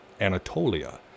Anatolia